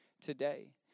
today